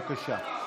בבקשה.